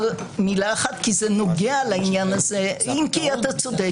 מילה אחת כי זה נוגע לעניין הזה אם כי אתה צודק,